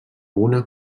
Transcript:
una